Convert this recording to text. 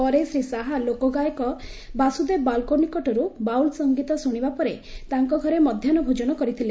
ପରେ ଶ୍ରୀ ଶାହା ଲୋକ ଗାୟକ ବାସୁଦେବ ବାଉଲଙ୍କ ନିକଟରୁ ବାଉଲ୍ ସଙ୍ଗୀତ ଶୁଣିବା ପରେ ତାଙ୍କ ଘରେ ମଧ୍ୟାହୁ ଭୋଜନ କରିଥିଲେ